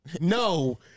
No